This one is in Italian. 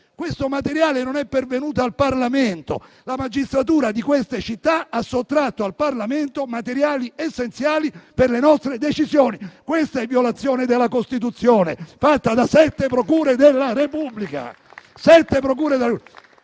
questo materiale non è pervenuto al Parlamento. La magistratura di queste città ha sottratto al Parlamento materiali essenziali per le nostre decisioni. Questa è violazione della Costituzione, perpetrata da sette procure della Repubblica.